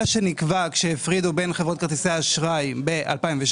מה שנקבע עת הפרידו בין חברות כרטיסי האשראי ב-2016,